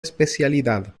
especialidad